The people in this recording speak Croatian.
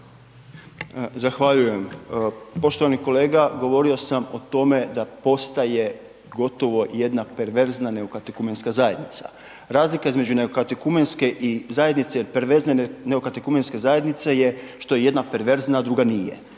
Zahvaljujem. Poštovani kolega, govorio sam o tome da postaje gotovo jedna perverzna neokatekumenska zajednica. Razlika između neokatekumenske zajednice i perverzne neokatekumenske zajednice je što je jedna perverzna a druga nije.